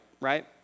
right